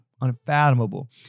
unfathomable